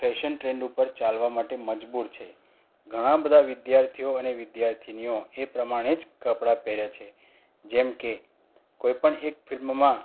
fashion trend ઉપર ચાલવા માટે મજબૂર છે ઘણા બધા વિદ્યાર્થીઓ અને વિદ્યાર્થિનીઓ એ પ્રમાણે જ કપડાં પહેરે છે જેમકે કોઇપણ એક ફિલ્મમાં